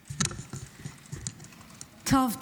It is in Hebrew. טוב,